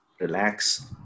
relax